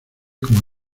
como